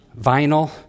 Vinyl